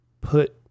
put